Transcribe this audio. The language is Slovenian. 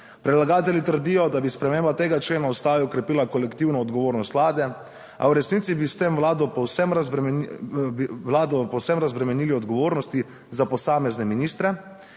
Predlagatelji trdijo, da bi sprememba tega člena Ustave okrepila kolektivno odgovornost vlade, a v resnici bi s tem Vlado povsem razbremenili odgovornosti za posamezne ministre,